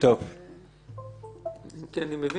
יכול לעכב דיונים,